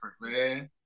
man